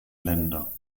länder